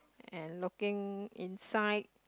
and looking inside